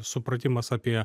supratimas apie